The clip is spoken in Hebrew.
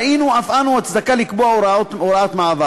ראינו אף אנו הצדקה לקבוע הוראת מעבר.